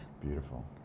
Beautiful